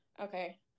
Okay